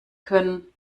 können